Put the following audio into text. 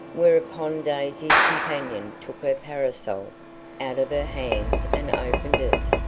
whereupon daisy's companion took her parasol out of her hands and opened it.